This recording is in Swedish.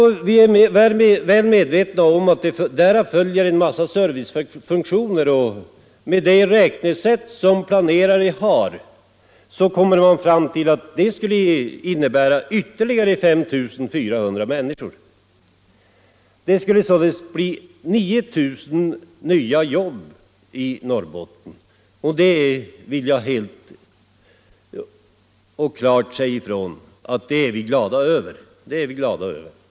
Vi är väl medvetna om att därav följer en mångfald servicefunktioner. Med det räknesätt som planerare tillämpar kommer man fram till att det skulle innebära utkomst för ytterligare 5 400 människor. Det skulle således bli 9000 nya jobb i Norrbotten. Det vill jag klart säga att vi är glada över.